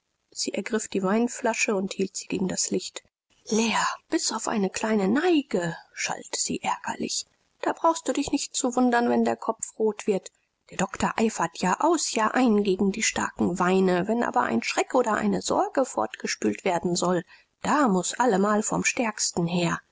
sie ergriff die weinflasche und hielt sie gegen das licht leer bis auf eine kleine neige schalt sie ärgerlich da brauchst du dich nicht zu wundern wenn der kopf rot wird der doktor eifert jahraus jahrein gegen die starken weine wenn aber ein schreck oder eine sorge fortgespült werden soll da muß allemal vom stärksten her